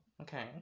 okay